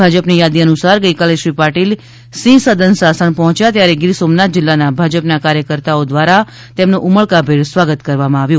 ભાજપની યાદી અનુસાર ગઇકાલે શ્રી પાટિલ સિંહસદન સાસણ પર્હોચ્યા ત્યારે ગીર સોમનાથ જિલ્લાના ભાજપા કાર્યકર્તાઓ દ્વારા તેમનું ઉમળકાભેર સ્વાગત કરવામાં આવ્યું